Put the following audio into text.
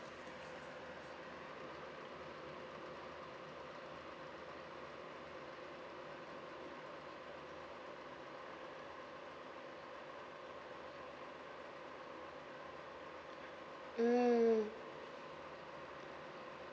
mm